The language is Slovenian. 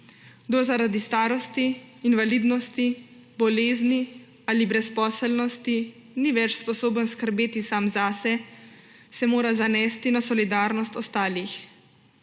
Kdor zaradi starosti, invalidnosti, bolezni ali brezposelnosti ni več sposoben skrbeti sam zase, se mora zanesti na solidarnost ostalih.